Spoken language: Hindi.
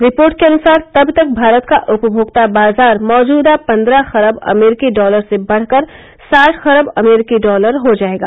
रिपोर्ट के अनुसार तब तक भारत का उपभोक्ता बाजार मौजूदा पन्द्रह खरब अमरीकी डालर से बढ़कर साठ खरब अमरीकी डालर हो जायेगा